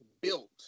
built